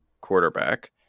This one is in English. quarterback